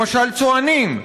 למשל צוענים,